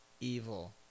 evil